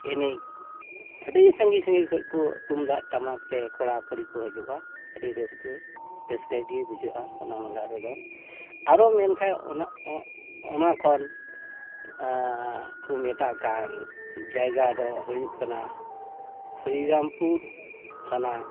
ᱮᱱᱮᱡ ᱟᱹᱰᱤ ᱥᱟᱺᱜᱤᱧ ᱥᱟᱺᱜᱤᱧ ᱠᱷᱚᱱ ᱠᱚ ᱛᱩᱢᱫᱟᱜ ᱴᱟᱢᱟᱠᱛᱮ ᱠᱚᱲᱟ ᱠᱩᱲᱤ ᱠᱚ ᱦᱤᱡᱩᱜᱼᱟ ᱟᱹᱰᱤ ᱨᱟᱹᱥᱠᱟᱹ ᱨᱟᱹᱥᱠᱟᱹᱜᱮ ᱵᱩᱡᱷᱟᱹᱜᱼᱟ ᱚᱱᱟ ᱢᱮᱞᱟ ᱨᱮᱫᱚ ᱟᱨᱚ ᱢᱮᱱᱠᱷᱟᱡ ᱚᱱᱟ ᱠᱷᱚᱱ ᱠᱚ ᱢᱮᱛᱟᱜ ᱠᱟᱱ ᱡᱟᱭᱜᱟ ᱫᱚ ᱦᱩᱭᱩᱜ ᱠᱟᱱᱟ ᱦᱚᱨᱤᱨᱟᱢᱯᱩᱨ ᱛᱷᱟᱱᱟ